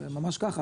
ממש כך,